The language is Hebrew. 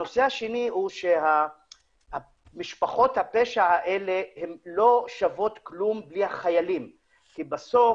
הנושא השני הוא שמשפחות הפשע האלה לא שוות כלום בלי החיילים כי בסוף